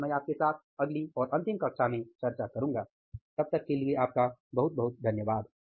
यह मैं आपके साथ अगली और अंतिम कक्षा में चर्चा करूंगा बहुत बहुत धन्यवाद